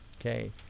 Okay